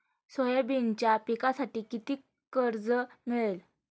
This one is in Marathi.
सोयाबीनच्या पिकांसाठी किती कर्ज मिळेल?